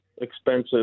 expensive